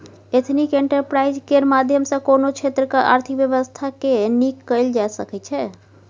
ethnic enterprise केर माध्यम सँ कोनो क्षेत्रक आर्थिक बेबस्था केँ नीक कएल जा सकै छै